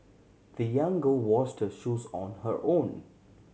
the young girl washed shoes on her own